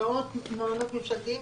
למעט מעונות ממשלתיים.